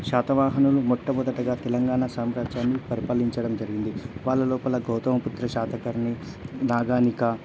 శాతవాహనులు మొట్టమొదటగా తెలంగాణా సామ్రాజ్యాన్ని పరిపాలించడం జరిగింది వాళ్ళ లోపల గౌతమపుత్ర శాతకర్ణి నాగనిక